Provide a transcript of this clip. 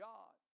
God